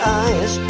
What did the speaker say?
eyes